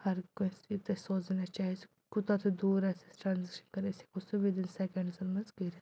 ہر کٲنٛسہِ ییٚتہِ سوزٕنۍ آسہِ چاہے سُہ کوٗتاہ تہِ دوٗر آسہِ اَسہِ ٹرٛانزٮ۪کشَن کَرٕنۍ أسۍ ہٮ۪کو سُہ وِدِن سٮ۪کٮ۪نٛڈزَن منٛز کٔرِتھ